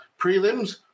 prelims